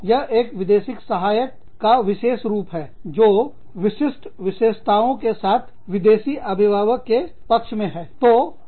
यह एक विदेशी सहायक का विशेष रूप है जो विशिष्ट विशेषताओं के साथ विदेशी अभिभावक के पक्ष में है